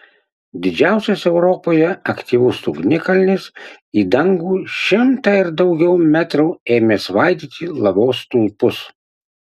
didžiausias europoje aktyvus ugnikalnis į dangų šimtą ir daugiau metrų ėmė svaidyti lavos stulpus